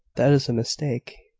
that is a mistake.